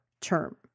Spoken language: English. term